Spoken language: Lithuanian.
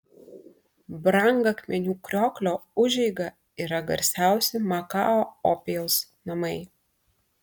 brangakmenių krioklio užeiga yra garsiausi makao opijaus namai